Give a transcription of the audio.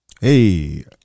Hey